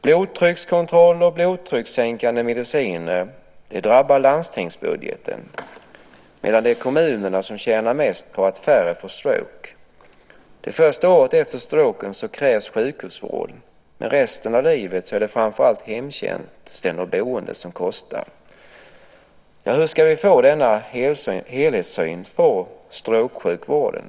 Blodtryckskontroller och blodtryckssänkande mediciner drabbar landstingsbudgeten, medan det är kommunerna som tjänar mest på att färre får stroke. Det första året efter stroke krävs sjukhusvård, men resten av livet är det framför allt hemtjänst och boende som kostar. Så hur ska vi få denna helhetssyn på strokesjukvården?